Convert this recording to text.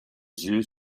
yeux